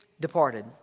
departed